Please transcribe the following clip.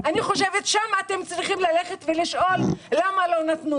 אני חושבת שאתם צריכים ללכת ולשאול למה לא נתנו